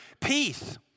peace